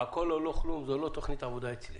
הכול או לא כלום זה לא תוכנית עבודה אצלי.